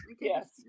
Yes